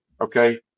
okay